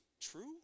true